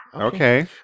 Okay